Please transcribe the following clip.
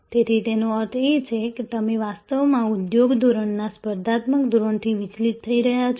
તેથી તેનો અર્થ એ છે કે તમે વાસ્તવમાં ઉદ્યોગ ધોરણના સ્પર્ધાત્મક ધોરણથી વિચલિત થઈ રહ્યા છો